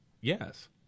Yes